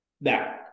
Now